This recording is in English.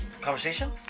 Conversation